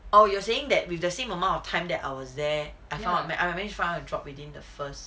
orh you are saying that with the same amount of time that I was there I found a I managed to find a job within the first